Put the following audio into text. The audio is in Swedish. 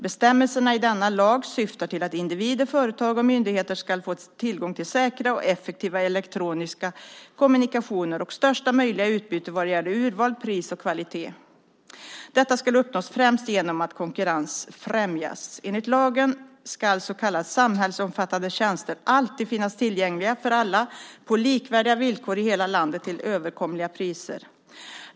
Bestämmelserna i denna lag syftar till att individer, företag och myndigheter ska få tillgång till säkra och effektiva elektroniska kommunikationer och största möjliga utbyte vad gäller urval, pris och kvalitet. Detta ska uppnås främst genom att konkurrensen främjas. Enligt lagen ska så kallade samhällsomfattande tjänster alltid finnas tillgängliga för alla på likvärdiga villkor i hela landet till överkomliga priser.